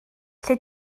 lle